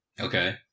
Okay